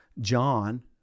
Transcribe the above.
john